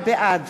בעד